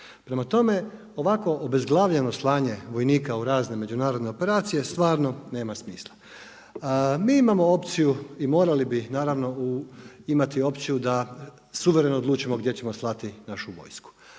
Prema tome ovako obezglavljeno slanje vojnika u razne međunarodne operacije stvarno nema smisla. Mi imamo opciju i morali bi naravno imati opciju da suvereno odlučimo gdje ćemo slati našu vojsku.